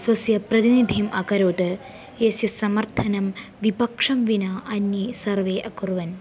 स्वस्य प्रतिनिधिम् अकरोत् यस्य समर्थनं विपक्षं विना अन्ये सर्वे अकुर्वन्